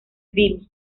virus